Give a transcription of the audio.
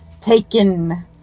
Taken